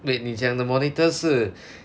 wait 你讲的 monitors 是